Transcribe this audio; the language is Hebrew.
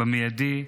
מיידי,